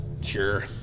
Sure